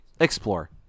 explore